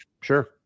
Sure